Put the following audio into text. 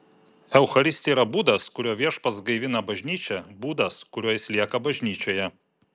eucharistija yra būdas kuriuo viešpats gaivina bažnyčią būdas kuriuo jis lieka bažnyčioje